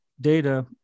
data